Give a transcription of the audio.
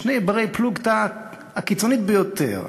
שני בני פלוגתא הקיצונית ביותר,